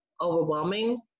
overwhelming